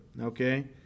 okay